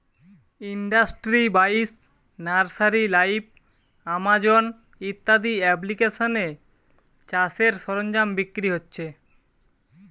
industry বাইশ, nursery live, Amazon ইত্যাদি এপ্লিকেশানে চাষের সরঞ্জাম বিক্রি হচ্ছে